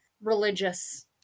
religious